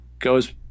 Goes